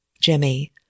Jimmy